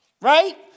right